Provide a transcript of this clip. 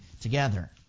together